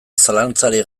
zalantzarik